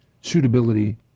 suitability